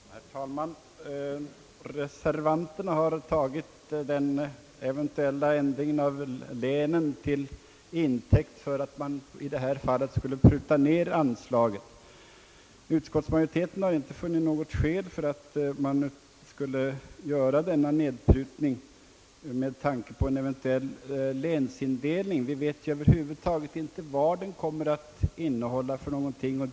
Herr talman! Reservanterna har tagit den eventuella ändringen av länsindelningen till intäkt för att pruta ned anslaget. Utskottsmajoriteten har inte funnit något skäl att göra denna nedprutning på grund av en eventuell länsindelning. Vi vet över huvud taget inte vad en sådan kommer att innehålla.